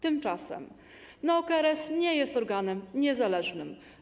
Tymczasem neo-KRS nie jest organem niezależnym.